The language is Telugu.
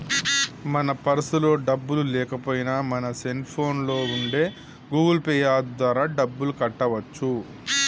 మన పర్సులో డబ్బులు లేకపోయినా మన సెల్ ఫోన్లో ఉండే గూగుల్ పే యాప్ ద్వారా డబ్బులు కట్టవచ్చు